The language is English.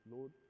Lord